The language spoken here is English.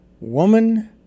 woman